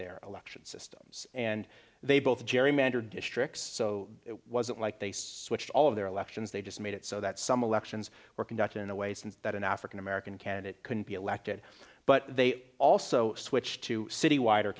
their election systems and they both gerrymandered districts so it wasn't like they switched all of their elections they just made it so that some elections were conducted in the ways and that an african american candidate could be elected but they also switched to city wide